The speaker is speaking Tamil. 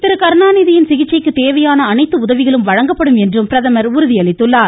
திரு கருணாநிதியின் சிகிச்சைக்கு தேவையான அனைத்து உதவிகளும் வழங்கப்படும் என்றும் பிரதமர் உறுதி அளித்துள்ளார்